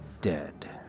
dead